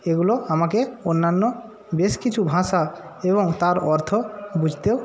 এগুলো আমাকে অন্যান্য বেশ কিছু ভাষা এবং তার অর্থ বুঝতেও